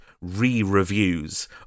re-reviews